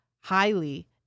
highly